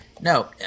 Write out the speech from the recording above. No